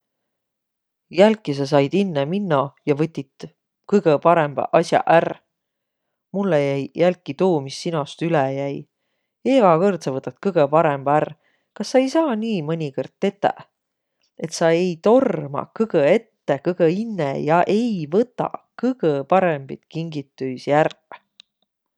Jälki sa sait inne minno ja võtit kõgõ parõmbaq as'aq ärq. Mullõ jäi jälki tuu, mis sinost üle jäi. Egä kõrd sa võtat kõgõ parõmbaq ärq. Kas sa ei saaq nii mõnikõrd tetäq, et sa ei tormaq kõgõ inne kõgõ ette ja ei võtaq kõgõ parõmbit kingitüisi ärq!